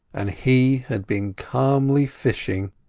and he had been calmly fishing,